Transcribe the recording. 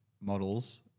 models